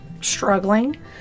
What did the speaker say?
struggling